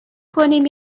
کنیم